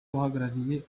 uhagarariye